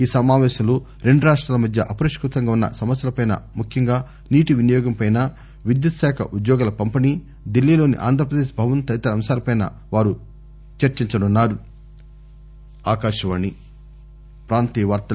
ఈ సమాపేశంలో రెండు రాష్టాల మధ్య అపరిష్పుతంగా ఉన్న సమస్యలపై ముఖ్యంగా నీటి వినియోగంపై విద్యుత్ శాఖ ఉద్యోగుల పంపిణి ఢిల్లీలోని ఆంధ్రప్రదేశ్ భవన్ తదితర అంశాలపై చర్స జరగనుంది